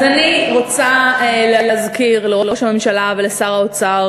אז אני רוצה להזכיר לראש הממשלה ולשר האוצר